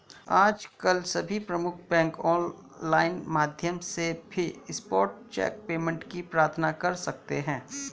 आजकल सभी प्रमुख बैंक ऑनलाइन माध्यम से भी स्पॉट चेक पेमेंट की प्रार्थना कर सकते है